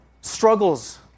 struggles